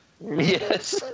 Yes